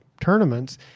tournaments